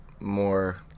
more